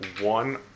one